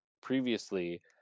previously